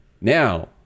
Now